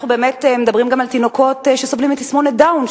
אנחנו מדברים גם על תינוקות שסובלים מתסמונת דאון,